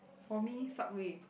for me subway